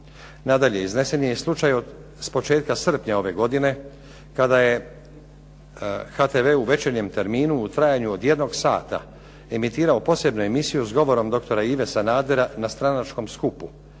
Nadalje, iznesen je i slučaj s početka srpnja ove godine kada je HTV u večernjem terminu u trajanju od jednog sata emitirao posebnu emisiju s govorom doktora Ive Sanadera na stranačkom skupu